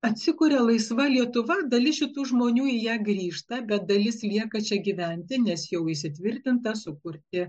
atsikuria laisva lietuva dalis šitų žmonių į ją grįžta bet dalis lieka čia gyventi nes jau įsitvirtinta sukurti